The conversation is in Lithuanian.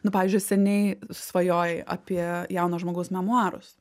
nu pavyzdžiui seniai svajojai apie jauno žmogaus memuarus